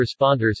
responders